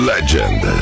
Legend